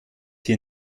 hier